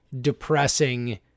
depressing